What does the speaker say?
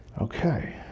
Okay